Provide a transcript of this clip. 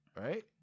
right